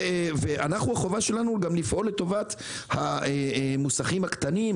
החובה שלי היא גם לפעול לטובת המוסכים הקטנים,